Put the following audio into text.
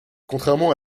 contrairement